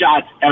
shots